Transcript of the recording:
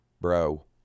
bro